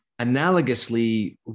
Analogously